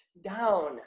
down